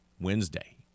Wednesday